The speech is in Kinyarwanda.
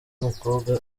umukobwa